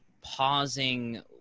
pausing